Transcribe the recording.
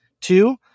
Two